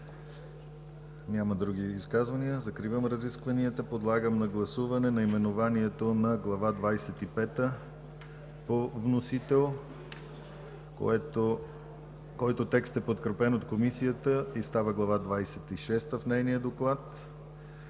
Няма други изказвания. Закривам разискванията. Подлагам на гласуване наименованието на Глава двадесет и пета по вносител, който текст е подкрепен от Комисията и става Глава двадесет и шеста в нейния доклад,